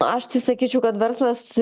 aš tai sakyčiau kad verslas